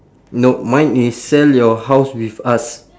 nope mine is sell your house with us